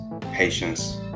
patience